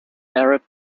arab